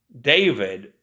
David